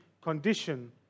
condition